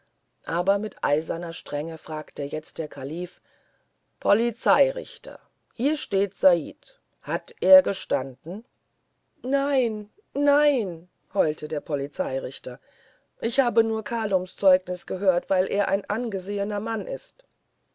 aber mit eiserner strenge fragte jetzt der kalife polizeirichter hier steht said hat er gestanden nein nein heulte der polizeirichter ich habe nur kalums zeugnis gehört weil er ein angesehener mann ist